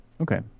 Okay